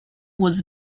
was